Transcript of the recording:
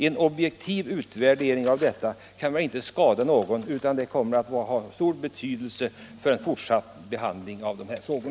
En objektiv utvärdering kan väl inte skada någon, utan den kommer att ha stor betydelse för en fortsatt behandling av dessa frågor.